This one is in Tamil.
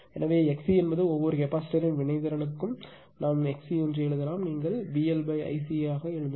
எனவே XC என்பது ஒவ்வொரு கெப்பாசிட்டரின் வினைத்திறனும் நாம் XC என்று எழுதலாம் நீங்கள் VL IC ஐ யாக எழுதலாம்